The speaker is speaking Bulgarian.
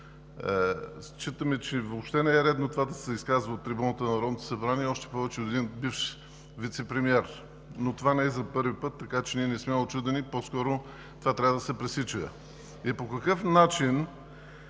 Считаме, че въобще не е редно това да се изказва от трибуната на Народното събрание, още повече от един бивш вицепремиер. Това не е за първи път, така че ние не сме учудени. По-скоро това трябва да се пресича. По какъв начин